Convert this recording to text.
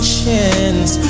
chance